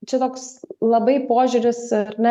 čia toks labai požiūris ar ne